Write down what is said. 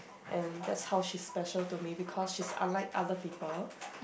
and that's how she's special to me because she's unlike other people